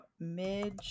Midge